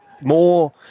More